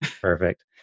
Perfect